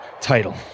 title